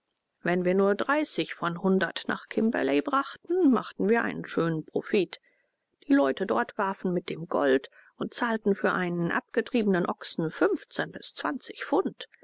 wenn wir nur dreißig von hundert nach kimberley brachten machten wir einen schönen profit die leute dort warfen mit dem gold und zahlten für einen abgetriebenen ochsen fünfzehn bis zwanzig pfund